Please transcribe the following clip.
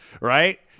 Right